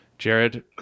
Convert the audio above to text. Jared